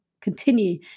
continue